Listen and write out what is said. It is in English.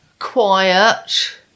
Quiet